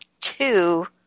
two